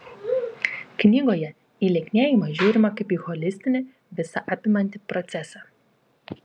knygoje į lieknėjimą žiūrima kaip į holistinį visą apimantį procesą